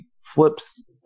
flips